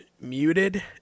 muted